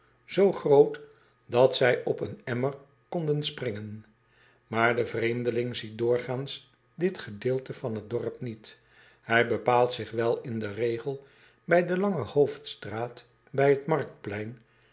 z groot dat zij op een emmer konden springen aar de vreemdeling ziet doorgaans dit gedeelte van het dorp niet ij bepaalt zich wel in den regel bij de lange hoofdstraat bij het marktplein